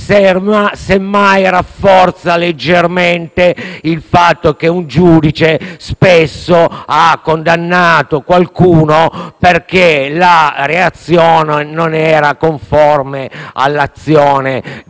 semmai rafforza leggermente il fatto che un giudice spesso abbia condannato qualcuno perché la reazione non era conforme all'azione di